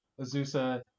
Azusa